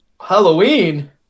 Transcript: Halloween